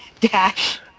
dash